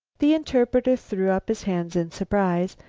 the interpreter threw up his hands in surprise,